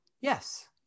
yes